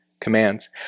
commands